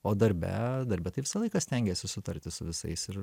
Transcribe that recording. o darbe darbe tai visą laiką stengėsi susitarti su visais ir